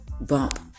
bump